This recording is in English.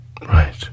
Right